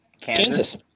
Kansas